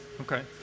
Okay